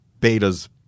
betas –